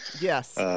Yes